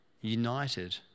united